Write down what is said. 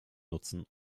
nutzen